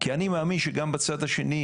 למרות שזה טענה מעניינת.